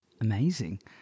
Amazing